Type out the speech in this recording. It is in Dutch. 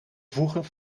voegen